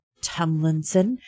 Tumlinson